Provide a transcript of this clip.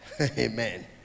Amen